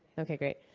ok great.